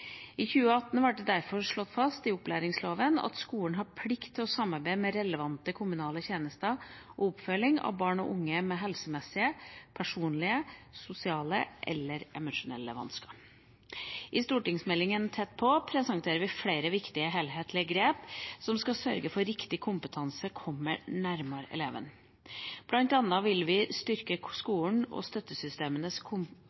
I 2018 ble det derfor slått fast i opplæringsloven at skolen har plikt til å samarbeide med relevante kommunale tjenester om oppfølging av barn og unge med helsemessige, personlige, sosiale eller emosjonelle vansker. I stortingsmeldinga Tett på presenterer vi flere viktige og helhetlige grep som skal sørge for at riktig kompetanse kommer nærmere elevene. Blant annet vil vi styrke